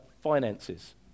finances